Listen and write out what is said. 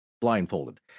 blindfolded